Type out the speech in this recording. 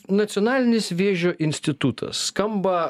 nacionalinis vėžio institutas skamba